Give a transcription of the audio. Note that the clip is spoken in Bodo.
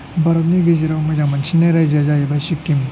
भारतनि गेजेराव मोजां मोनसिननाय रायजोया जाहैबाय सिक्किम